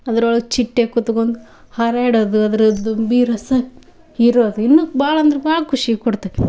ಅದ್ರೊಳ್ಗೆ ಚಿಟ್ಟೆ ಕುತ್ಕೊಂಡು ಹಾರಾಡೋದು ಅದರದ್ದು ಬಿ ರಸ ಹೀರೋದು ಇನ್ನು ಭಾಳ ಅಂದ್ರೆ ಭಾಳ ಖುಷಿ ಕೊಡ್ತೈತಿ